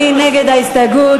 מי נגד ההסתייגות?